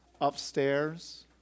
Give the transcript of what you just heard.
upstairs